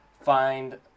find